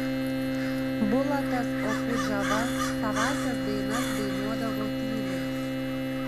bulatas okudžava savąsias dainas dainuodavo tyliai